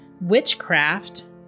witchcraft